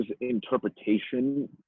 interpretation